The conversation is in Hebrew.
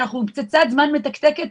אנחנו בפצצת זמן מתקתקת